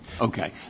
Okay